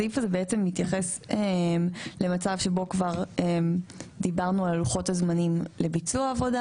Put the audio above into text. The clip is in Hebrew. הסעיף הזה מתייחס למצב שבו כבר דיברנו על לוחות הזמנים לביצוע העבודה,